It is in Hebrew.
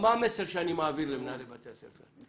שאני מעביר למנהלי בתי הספר?